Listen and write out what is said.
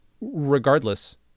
regardless